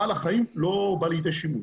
בעל החיים לא בא לידי שימוש.